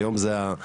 היום זה הרע.